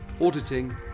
auditing